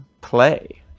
play